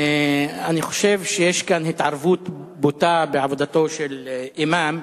אני חושב יש כאן התערבות בוטה בעבודתו של אימאם,